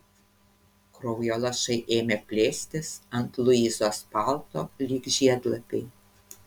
kraujo lašai ėmė plėstis ant luizos palto lyg žiedlapiai